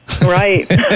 Right